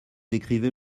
écrivez